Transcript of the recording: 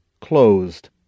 closed